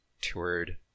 toured